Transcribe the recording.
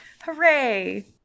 Hooray